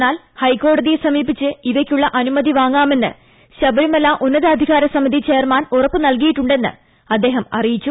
എന്നാൽ ഹൈക്കോടതിയെ സമീപിച്ച് ഇവയ്ക്കുള്ള അനുമതി വാങ്ങാമെന്ന് ശബരിമല ഉന്നതാധികാര സമിതി ചെയർമാൻ ഉറപ്പു നൽകിയിട്ടുണ്ടെന്ന് അദ്ദേഹം അറിയിച്ചു